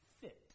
fit